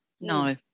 no